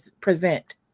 present